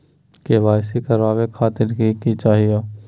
KYC करवावे खातीर कि कि चाहियो?